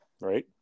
Right